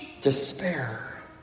despair